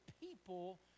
people